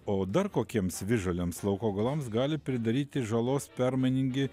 o dar kokiems visžaliams lauko augalams gali pridaryti žalos permainingi